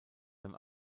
dann